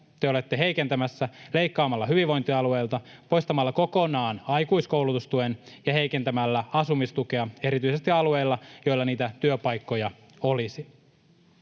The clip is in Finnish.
te olette heikentämässä leikkaamalla hyvinvointialueilta, poistamalla kokonaan aikuiskoulutustuen ja heikentämällä asumistukea erityisesti alueilla, joilla niitä työpaikkoja olisi.